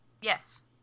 Yes